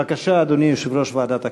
בבקשה, אדוני יושב-ראש ועדת הכנסת.